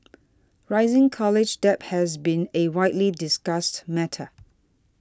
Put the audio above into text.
rising college debt has been a widely discussed matter